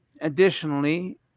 Additionally